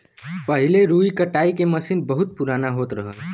पहिले रुई कटाई के मसीन बहुत पुराना होत रहल